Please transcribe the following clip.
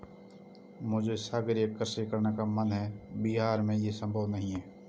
मुझे सागरीय कृषि करने का मन है पर बिहार में ये संभव नहीं है